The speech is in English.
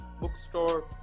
bookstore